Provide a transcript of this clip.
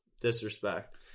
disrespect